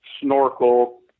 snorkel